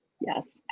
Yes